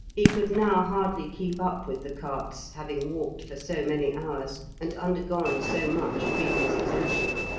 he could now hardly keep up with the carts, having walked for so many hours, and undergone so much previous exertion.